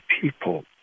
people